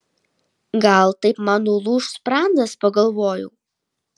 gal taip man nulūš sprandas pagalvojau